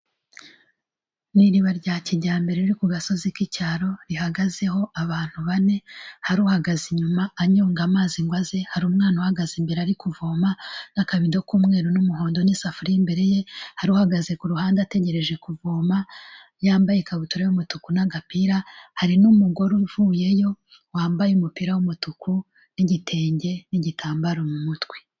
Ni iriba rya kijyambere riri ku gasozi k'icyaro rihagazeho abantu bane, hari uhagaze inyuma anyonga amazi ngo aze, hari umwana uhagaze imbere ari kuvoma n'akabido k'umweru n'umuhondo n'isafuriya imbere ye, hari uhagaze ku ruhande ategereje kuvoma, yambaye ikabutura y'umutuku n'agapira, hari n'umugore uvuyeyo wambaye umupira w'umutuku n'igitenge, n'igitambaro mu mutwe.